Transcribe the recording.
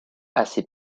assez